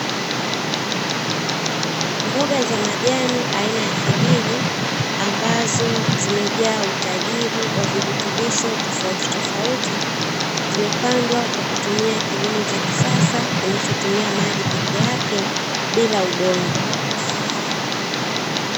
Mboga za majani aina ya figiri ambazo zimejaa utajiri wa virutubisho tofautitofauti, zimepandwa kwa kutumia kilimo cha kisasa kinachotumia maji peke yake bila udongo.